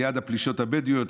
ליד הפלישות הבדואיות?